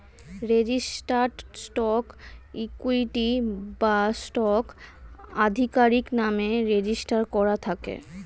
registered stock equity বা stock আধিকারির নামে রেজিস্টার করা থাকে